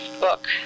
book